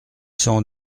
cent